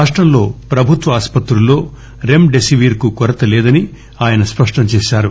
రాష్టంలో ప్రభుత్వ ఆసుపత్రుల్లో రెమ్ డెసివీర్ కు కొరత లేదని ఆయన స్పష్టంచేశారు